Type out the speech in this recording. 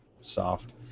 soft